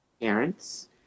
parents